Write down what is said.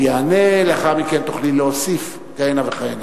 הוא יענה ולאחר מכן תוכלי להוסיף כהנה וכהנה.